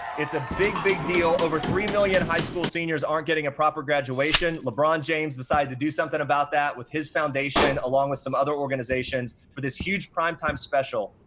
it's a big big deal. over three million high school seniors aren't getting a proper graduation. graduation. lebron james decided to do something about that with his foundation, along with some other organizations, for this huge primetime special.